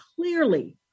clearly